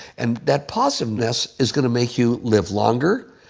and that positiveness is going to make you live longer,